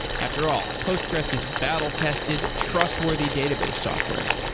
after all, postgres is battle tested, trustworthy database software,